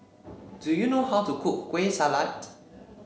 do you know how to cook Kueh Salat